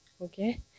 okay